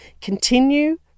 continue